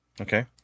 Okay